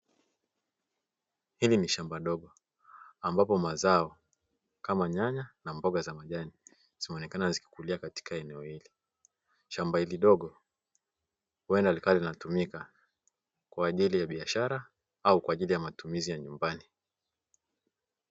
Hili ni shamba dogo ambapo mazao kama nyanya na mboga za majini zimeonekana zikikulia katika eneo hili. Shamba hili dogo huwenda likawa linatumika kwa ajili ya biashara au kwa ajili ya matumizi ya nyumbani.